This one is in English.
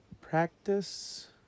practice